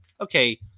okay